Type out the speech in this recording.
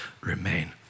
remain